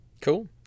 Cool